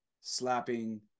slapping